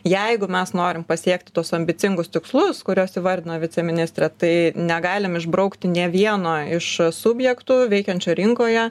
jeigu mes norim pasiekti tuos ambicingus tikslus kurios įvardino viceministrė tai negalim išbraukti nė vieno iš subjektų veikiančių rinkoje